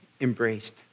embraced